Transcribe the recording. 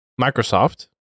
Microsoft